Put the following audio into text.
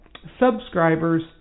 subscribers